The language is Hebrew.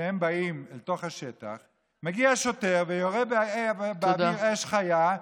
וכשהם באים אל תוך השטח מגיע שוטר ויורה באוויר אש חיה.